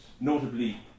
notably